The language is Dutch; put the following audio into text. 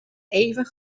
even